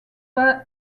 pas